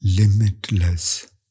limitless